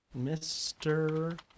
Mr